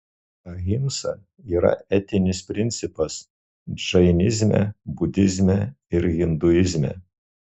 ahimsa yra etinis principas džainizme budizme ir hinduizme